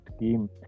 game